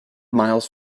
miles